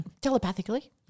telepathically